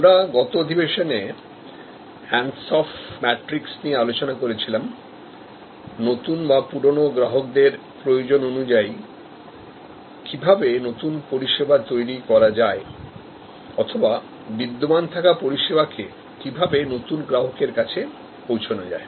আমরা গত অধিবেশনে Ansoff ম্যাট্রিক্স নিয়ে আলোচনা করেছিলামনতুনবা পুরনো গ্রাহকদের প্রয়োজন অনুযায়ী কিভাবে নতুন পরিষেবা তৈরি করা যায়অথবা বিদ্যমান থাকা পরিষেবা কে কিভাবে নতুন গ্রাহকের কাছে পৌঁছনো যায়